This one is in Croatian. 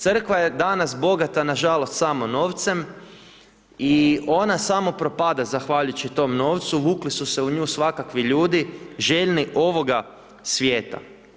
Crkva je danas bogata nažalost, samo novcem i ona samo propada zahvaljujući tom novcu, vukli su se u nju svakakvi ljudi željni ovoga svijeta.